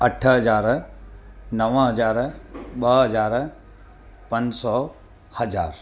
अठ हज़ार नव हज़ार ॿ हज़ार पंज सौ हज़ार